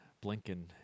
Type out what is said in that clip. blinking